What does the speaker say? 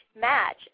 match